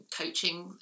coaching